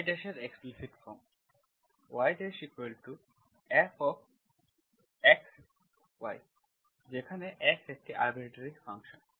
yএর explicit form yfxyযেখানে x একটি arbitrary function